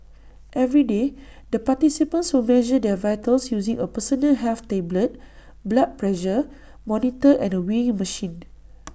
every day the participants will measure their vitals using A personal health tablet blood pressure monitor and A weighing machine